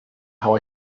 how